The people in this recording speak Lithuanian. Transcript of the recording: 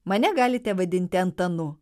mane galite vadinti antanu